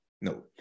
No